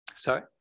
Sorry